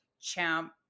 champ